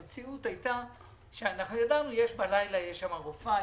המציאות הייתה שאנחנו ידענו שבלילה יש שם רופאה,